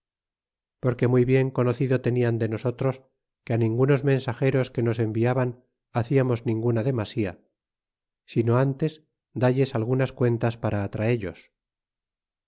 porque muy bien conocido tenian de nosotros que ningunos mensageros que nos enviaban hacíamos ninguna demasía sino ntes dalles algunas cuentas para atraellos